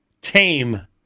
tame